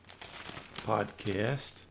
podcast